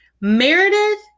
Meredith